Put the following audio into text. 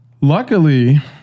luckily